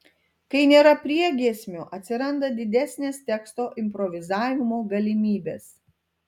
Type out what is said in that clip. kai nėra priegiesmio atsiranda didesnės teksto improvizavimo galimybės